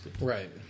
right